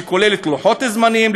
שכולל לוחות זמנים,